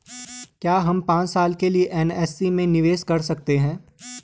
क्या हम पांच साल के लिए एन.एस.सी में निवेश कर सकते हैं?